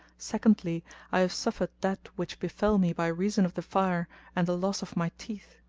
secondly i have suffered that which befel me by reason of the fire and the loss of my teeth,